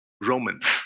Romans